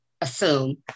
assume